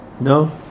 No